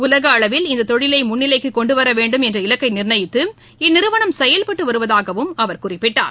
உலக அளவில் இந்த தொழிலை முன்னிலைக்கு கொண்டுவர வேண்டும் என்ற இலக்கை நிர்ணயித்து இந்நிறுவனம் செயல்பட்டு வருவதாகவும் அவர் குறிப்பிட்டார்